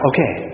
Okay